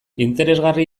interesgarri